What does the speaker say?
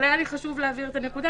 אבל היה לי חשוב להבהיר את הנקודה,